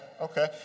okay